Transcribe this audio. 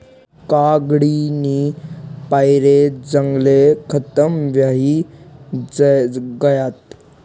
कागदनी पायरे जंगले खतम व्हयी गयात